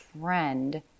friend